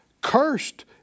Cursed